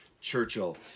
Churchill